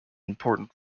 important